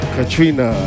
Katrina